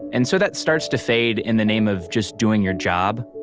and so that starts to fade in the name of just doing your job